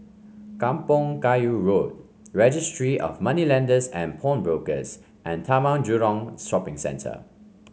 Kampong Kayu Road Registry of Moneylenders and Pawnbrokers and Taman Jurong Shopping Centre